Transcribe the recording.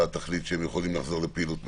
תחליט שהם יכולים לחזור לפעילות מלאה.